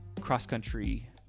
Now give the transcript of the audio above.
cross-country